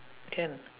can